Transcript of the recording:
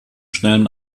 schnellen